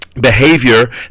behavior